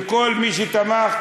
לכל מי שתמך,